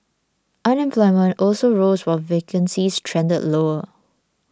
unemployment also rose while vacancies trended lower